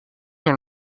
dans